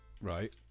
Right